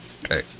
Okay